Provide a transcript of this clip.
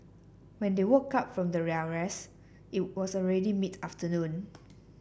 when they woke up from their rest it was already mid afternoon